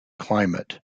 climate